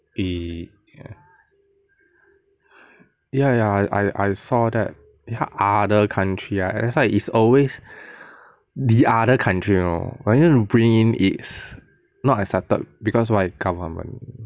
ya ya ya I I saw that other country ah that's why is always the other country you know you want to bring in it's not accepted because why government